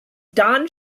don